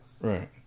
Right